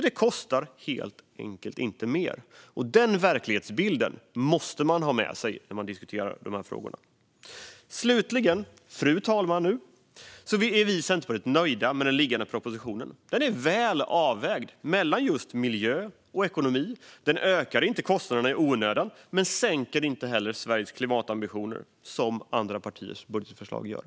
Det kostar helt enkelt inte mer. Denna verklighetsbild måste man ha med sig när man diskuterar dessa frågor. Fru talman! Slutligen är vi i Centerpartiet nöjda med den föreliggande propositionen. Den är väl avvägd mellan just miljö och ekonomi. Den ökar inte kostnaderna i onödan men sänker inte heller Sveriges klimatambitioner som andra partiers budgetförslag gör.